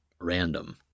random